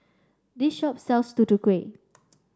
this shop sells Tutu Kueh